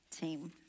team